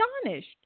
astonished